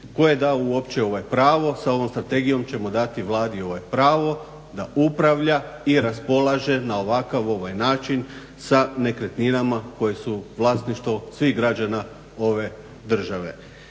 tko je dao uopće pravo sa ovom strategijom ćemo dati Vladi pravo da upravlja i raspolaže na ovakav, ovaj način sa nekretninama koje su vlasništvo svih građana ove države.